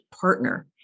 partner